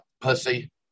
pussy